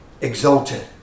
exalted